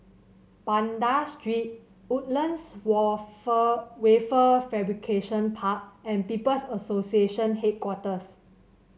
Banda Street Woodlands Wafer Fabrication Park and People's Association Headquarters